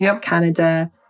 Canada